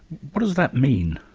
what does that mean?